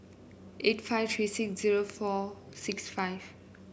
eight five three six zero four six five